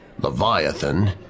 Leviathan